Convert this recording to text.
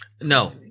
no